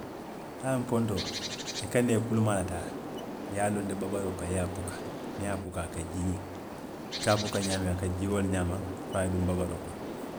I ye a loŋ pontoo, i ka nee kulimaa le taa, i ye a loondi babaree kaŋ i ye puka niŋ i ye a puka a ka jii le, i ka a puka ñaamiŋ, a ka jii wo le ñaama, fo a ye duñaa babaree kono